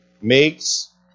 makes